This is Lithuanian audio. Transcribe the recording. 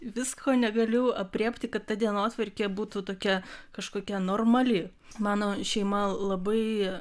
visko negaliu aprėpti kad ta dienotvarkė būtų tokia kažkokia normali mano šeima labai